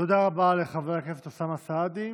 תודה רבה לחבר הכנסת אוסאמה סעדי.